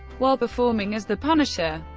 while performing as the punisher,